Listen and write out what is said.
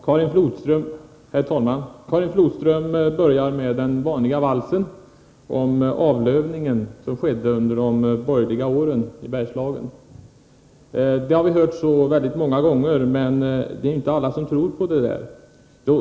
Herr talman! Karin Flodström började med den vanliga valsen om den avlövning i Bergslagen som skulle ha skett under de borgerliga åren. Detta har vi hört så många gånger, men det är inte alla som tror på det där.